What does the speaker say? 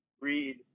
read